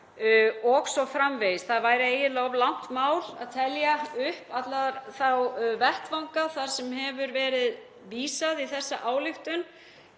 o.s.frv. Það væri eiginlega of langt mál að telja upp alla þá vettvanga þar sem hefur verið vísað í þessa ályktun.